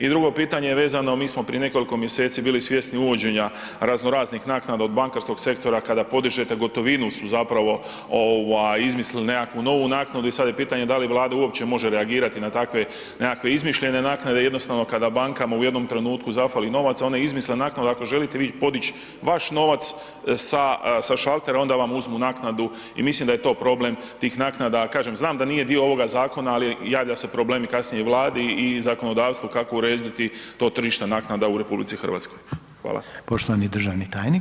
I drugo pitanje vezano, mi smo prije nekoliko mjeseci bili svjesni uvođenja raznoraznih naknada od bankarskog sektora kada podižete gotovinu su zapravo ovaj izmislili nekakvu novu naknadu i sad je pitanje da li Vlada uopće može reagirati na takve nekakve izmišljene naknade, jednostavno kada bankama u jednom trenutku zafali novaca one izmisle naknadu, ako želite vi podić vaš novac sa, sa šaltera i onda vam uzmu naknadu i mislim da je to problem tih naknada, kažem znam da nije dio ovoga zakona, ali javlja se problemi kasnije i Vladi i zakonodavstvu kako urediti to tržište naknada u RH.